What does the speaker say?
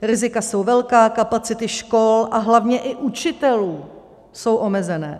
Rizika jsou velká, kapacity škol a hlavně i učitelů jsou omezené.